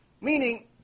Meaning